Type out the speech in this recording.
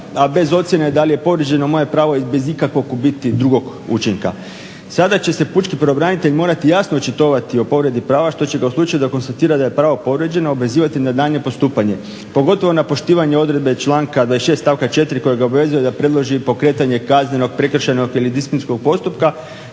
a bez ocjene da li je povrijeđeno moje pravo i bez ikakvog u biti drugog učinka. Sada će se pučki pravobranitelj morati jasno očitovati o povredi prava što će ga u slučaju da konstatira da je pravo povrijeđeno obvezivati na daljnje postupanje pogotovo na poštivanje odredbe članka 26. stavka 4. koji ga obvezuje da predloži pokretanje kaznenog, prekršajnog ili disciplinskog postupka